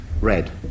red